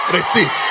Receive